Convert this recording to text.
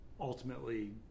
ultimately